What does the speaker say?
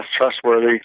trustworthy